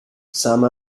some